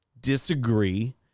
disagree